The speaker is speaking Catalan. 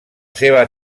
seva